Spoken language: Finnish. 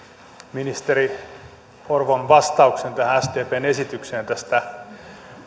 ministeri orvon vastauksen tähän sdpn esitykseen tästä